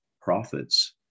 prophets